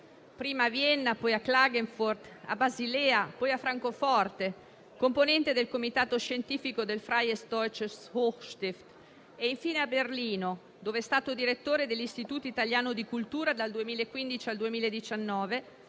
prima a Vienna, poi a Klagenfurt, a Basilea, poi a Francoforte, come componente del comitato scientifico del Freies deutsches hochstift e infine a Berlino, dove è stato direttore dell'Istituto italiano di cultura dal 2015 al 2019